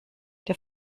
der